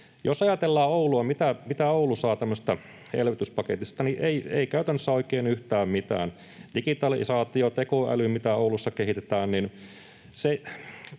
Jos ajatellaan Oulua, mitä Oulu saa tämmöisestä elvytyspaketista, niin ei käytännössä oikein yhtään mitään. Oulussa kehitetään